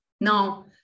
Now